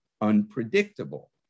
unpredictable